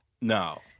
No